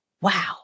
Wow